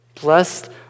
Blessed